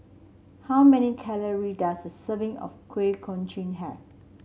how many calorie does a serving of Kuih Kochi have